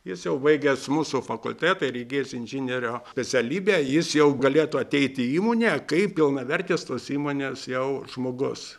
jis jau baigęs mūsų fakultetą ir įgijęs inžinierio specialybę jis jau galėtų ateit į įmonę kaip pilnavertis tos įmonės jau žmogus